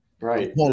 right